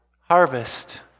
harvest